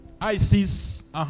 ISIS